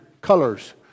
colors